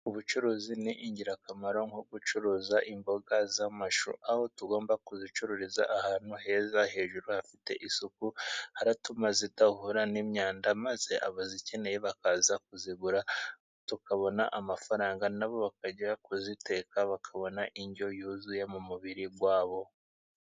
Ubucuruzi ni ingirakamaro nko gucuruza imboga z'amashu aho tugomba kuzicururiza ahantu heza, hejuru hafite isuku haratuma zidahura n'imyanda maze abazikeneye bakaza kuzigura ,tukabona amafaranga na bo bakajya kuziteka bakabona indyo yuzuye mu mubiri wabo.